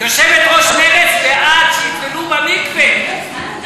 יושבת-ראש מרצ ואת תטבלו במקווה.